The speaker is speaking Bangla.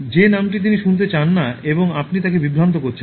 যে নামটি তিনি শুনতে চান না এবং আপনি তাঁকে বিভ্রান্ত করেছেন